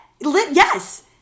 Yes